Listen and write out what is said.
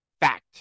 Fact